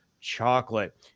chocolate